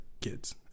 kids